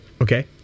Okay